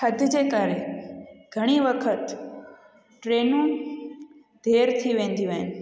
थधि जे करे घणे वक़्त ट्रेनूं देर थी वेंदियूं आहिनि